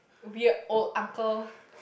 weird old uncle